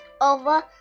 over